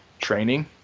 training